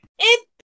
It-